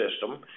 system